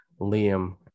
Liam